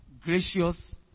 Gracious